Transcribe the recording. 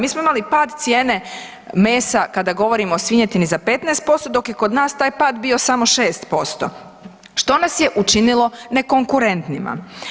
Mi smo imali pad cijene mesa kada govorimo o svinjetini za 15% dok je kod nas taj pad bio samo 6%, što nas je učinilo nekonkurentnima.